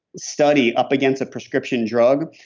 study up against a prescription drug,